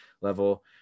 level